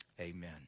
Amen